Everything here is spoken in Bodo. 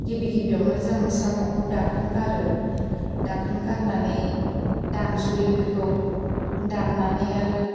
गिबि गिबियावनो जों साम'खौ दाखोन गारो दाखोन गारनानै दानस'यो बेखौ दान्नानै आरो